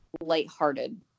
lighthearted